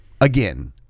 Again